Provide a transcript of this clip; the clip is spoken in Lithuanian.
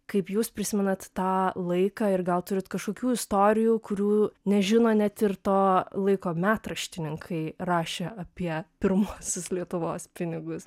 kaip jūs prisimenat tą laiką ir gal turit kažkokių istorijų kurių nežino net ir to laiko metraštininkai rašę apie pirmuosius lietuvos pinigus